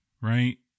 right